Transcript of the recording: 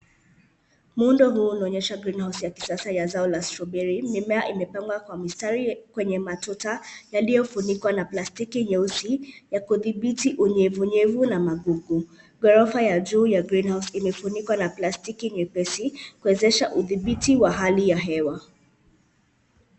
Muundo huu unaonyesha greenhouse ya kisasa ya zao la strawberry . Mimea imepangwa kwa mistari kwenye matuta yaliyofunikwa na plastiki nyeusi ya kudhibiti unyevunyevu na magugu. Ghorofa ya juu ya greenhouse imefunikwa na plastiki nyepesi kuwezesha udhibiti ya hali ya hewa.